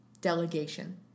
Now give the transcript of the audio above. delegation